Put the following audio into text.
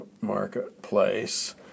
marketplace